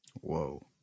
Whoa